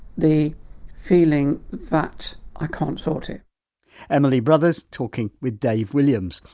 the feeling that i can't sort it emily brothers talking with dave williams.